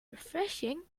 refreshing